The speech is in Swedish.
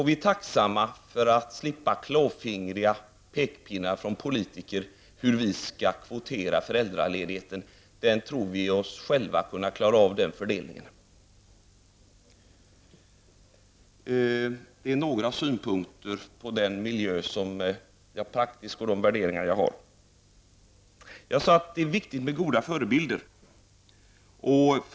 Vi är tacksamma över att slippa klåfingriga pekpinnar från politiker som talar om för oss hur vi skall kvotera föräldraledigheten. Vi tror oss själva kunna klara av den fördelningen. Detta var några synpunkter på den miljö jag lever i och de värderingar jag har. Jag sade tidigare att det är viktigt med goda förebilder.